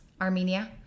Armenia